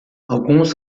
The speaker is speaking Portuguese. alguns